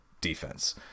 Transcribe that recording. defense